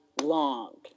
long